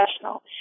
professional